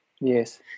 Yes